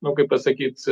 nu kaip pasakyt